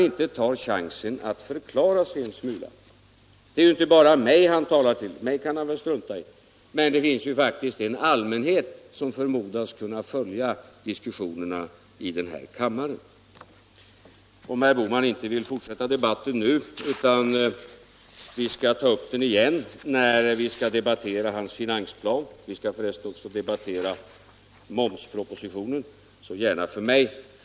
Det är inte bara mig herr Bohman talar till — mig kan han väl strunta i — men det finns faktiskt en allmänhet som förmodas kunna följa diskussionerna i den här kammaren. Om herr Bohman inte vill fortsätta debatten nu utan vill ta upp den igen när vi skall debattera hans finansplan — vi skall förresten också debattera momspropositionen — så gärna för mig.